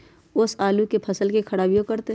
ओस आलू के फसल के खराबियों करतै?